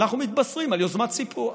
אנחנו מתבשרים על יוזמת סיפוח.